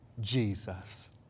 Jesus